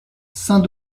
saint